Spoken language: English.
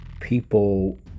people